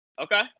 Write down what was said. Okay